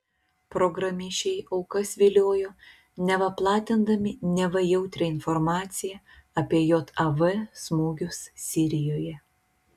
programišiai aukas viliojo neva platindami neva jautrią informaciją apie jav smūgius sirijoje